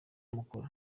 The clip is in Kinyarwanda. mukora